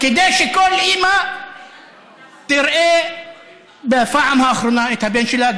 כדי שכל אימא תראה בפעם האחרונה את הבן שלה,